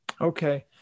Okay